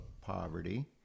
poverty